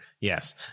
yes